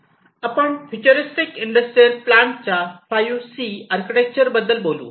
आपण futuristic industrial plant च्या 5C architecture बद्दल बोलू